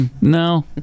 No